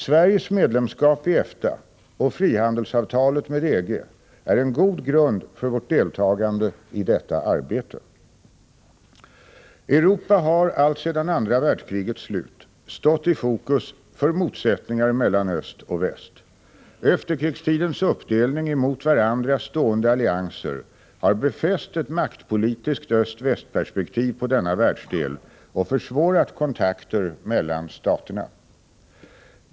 Sveriges medlemskap i EFTA och frihandelsavtalet med EG är en god grund för vårt deltagande i detta arbete. Europa har alltsedan andra världskrigets slut stått i fokus för motsättningar mellan öst och väst. Efterkrigstidens uppdelning i mot varandra stående allianser har befäst ett maktpolitiskt öst-väst-perspektiv på denna världsdel och försvårat kontakter mellan staterna.